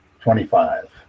twenty-five